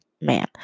Man